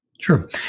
Sure